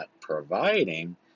providing